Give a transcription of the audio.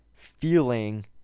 feeling